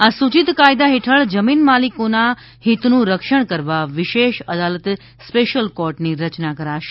આ સૂચિત કાયદા હેઠળ જમીન માલિકોના હિતનું રક્ષણ કરવા વિશેષ અદાલત સ્પેશ્યલ કોર્ટની રચના કરાશે